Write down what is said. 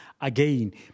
again